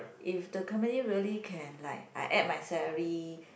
if the company really can like I add my salary